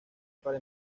para